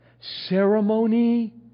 Ceremony